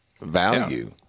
value